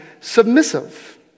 submissive